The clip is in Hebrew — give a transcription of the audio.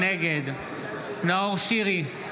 נגד נאור שירי,